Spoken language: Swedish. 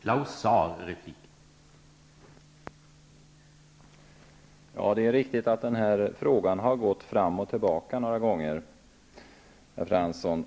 Herr talman! Det är riktigt att denna fråga har gått fram och tillbaka några gånger, herr Fransson.